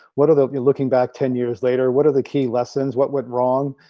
what are they looking back ten years later? what are the key lessons what went wrong,